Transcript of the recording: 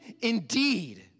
indeed